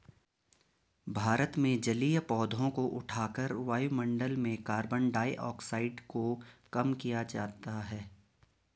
भारत में जलीय पौधों को उठाकर वायुमंडल में कार्बन डाइऑक्साइड को कम किया जाता है